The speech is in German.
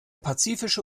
pazifische